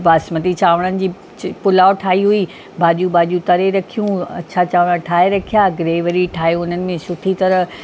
बासमती चांवरनि जी ची पुलाव ठाही हुई भाॼियूं ॿाॼियूं तरे रखियूं हुयूं अछा चांवर ठाहे रखिया ग्रेवरी ठाहे उन्हनि में सुठी तरह